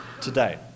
today